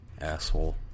Asshole